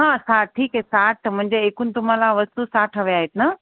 हां साठ ठीक आहे साठ म्हणजे एकून तुम्हाला वस्तू साठ हव्या आहेत ना